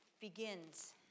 begins